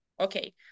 Okay